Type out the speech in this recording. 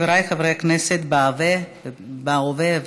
חבריי חברי הכנסת בהווה ובעבר,